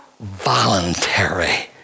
voluntary